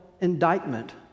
indictment